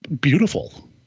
beautiful